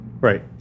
Right